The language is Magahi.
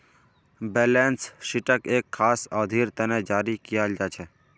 बैलेंस शीटक एक खास अवधिर तने जारी कियाल जा छे